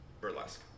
burlesque